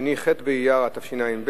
30 באפריל 2012,